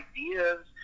ideas